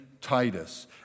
Titus